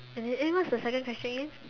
and the and what's the second question again